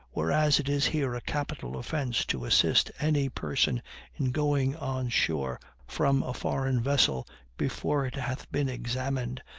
whereas it is here a capital offense to assist any person in going on shore from a foreign vessel before it hath been examined,